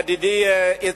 ידידי איציק,